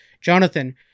jonathan